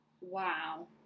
wow